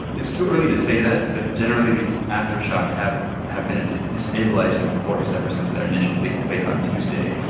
it's too early to say that, but generally, these aftershocks have have been a destabilizing force ever since that initial big quake on tuesday.